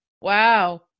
Wow